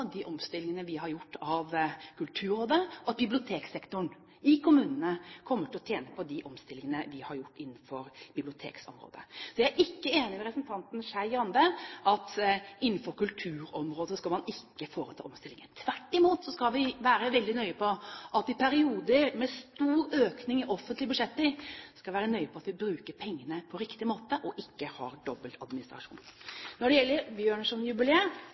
de omstillingene vi har gjort av Kulturrådet, og at biblioteksektoren i kommunene kommer til å tjene på de omstillingene vi har gjort innenfor bibliotekområdet. Jeg er ikke enig med representanten Skei Grande i at innenfor kulturområdet skal man ikke foreta omstillinger. Tvert imot, i perioder med stor økning i offentlige budsjetter skal vi være veldig nøye på at vi bruker pengene på riktig måte og ikke har dobbeltadministrasjon. Når det gjelder